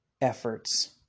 efforts